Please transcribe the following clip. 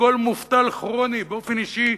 ובכל מובטל כרוני באופן אישי,